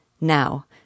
Now